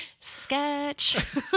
sketch